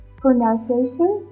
pronunciation